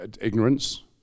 ignorance